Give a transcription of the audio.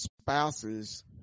spouses